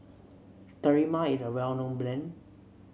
sterimar is a well known brand